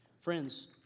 Friends